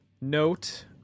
note